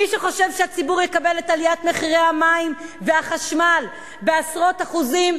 מי שחושב שהציבור יקבל את עליית מחירי המים והחשמל בעשרות אחוזים,